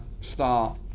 start